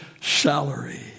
Salary